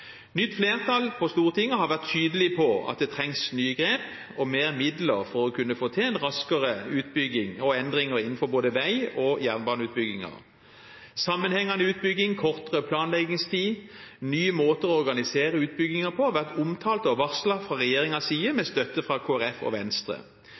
nytt flertall på Stortinget har vært tydelig på at det trengs nye grep og flere midler for å kunne få til en raskere utbygging og endringer innenfor både vei- og jernbaneutbygging. Sammenhengende utbygging, kortere planleggingstid og nye måter å organisere utbyggingen på har vært omtalt og varslet fra regjeringens side,